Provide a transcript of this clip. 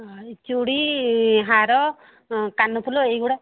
ହଁ ଚୁଡ଼ି ହାର କାନଫୁଲ ଏଇଗୁଡ଼ା